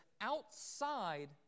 outside